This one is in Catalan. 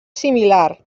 similar